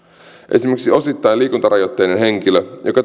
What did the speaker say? esimerkiksi osittain liikuntarajoitteinen henkilö joka